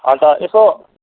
अन्त यसो